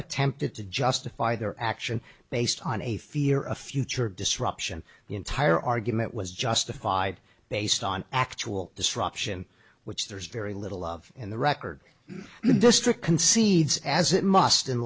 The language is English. attempted to justify their action based on a fear of future disruption the entire argument was justified based on actual disruption which there's very little love in the record district concedes as it must in